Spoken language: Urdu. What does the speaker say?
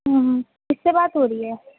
ہوں کس سے بات ہو رہی ہے